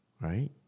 right